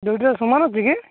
ଦୁଇଟାରେ ସମାନ ଅଛି କି